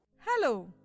Hello